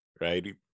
right